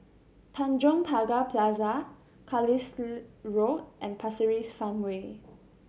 Tanjong Pagar Plaza Carlisle Road and Pasir Ris Farmway